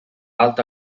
alta